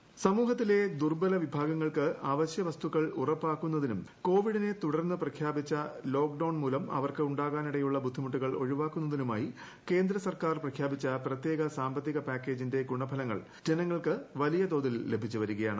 കേന്ദ്ര പാക്കേജ് സമൂഹത്തിലെ ദുർബല വിഭാഗിങ്ങൾക്ക് അവശ്യവസ്തുക്കൾ ഉറപ്പാക്കുന്നതിനും കോവിഡിറ്റ് തുടർന്ന് പ്രഖ്യാപിച്ച ലോക് ഡൌൺ മൂലം അവർക്ക് ഉണ്ടാകാനിടയുള്ള ബുദ്ധിമുട്ടുകൾ ഒഴിവാക്കുന്നതിനുമായി ക്ട്രീയ്യ സർക്കാർ പ്രഖ്യാപിച്ച പ്രത്യേക സാമ്പത്തിക പാക്കേജിന്റെട് ഗുണഫലങ്ങൾ ജനങ്ങൾക്ക് വലിയതോതിൽ ലഭിച്ചു ്വ്രിക്യാണ്